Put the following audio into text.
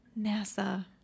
NASA